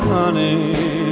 honey